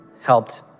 helped